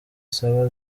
saba